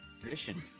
tradition